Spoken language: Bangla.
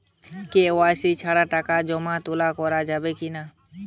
কে.ওয়াই.সি ছাড়া টাকা জমা তোলা করা যাবে কি না?